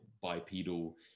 bipedal